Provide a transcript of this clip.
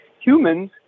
humans